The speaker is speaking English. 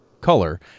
color